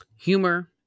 Humor